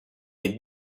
est